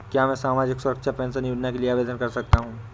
क्या मैं सामाजिक सुरक्षा पेंशन योजना के लिए आवेदन कर सकता हूँ?